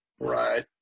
right